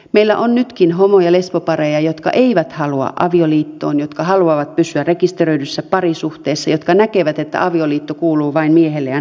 meillä on nytkin homo ja lesbopareja jotka eivät halua avioliittoon jotka haluavat pysyä rekisteröidyssä parisuhteessa jotka näkevät että avioliitto kuuluu vain miehelle ja naiselle